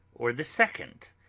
or the second,